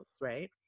right